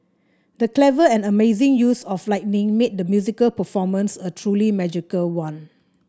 the clever and amazing use of lighting made the musical performance a truly magical one